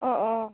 अ अ